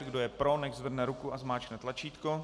Kdo je pro, nechť zvedne ruku a zmáčkne tlačítko.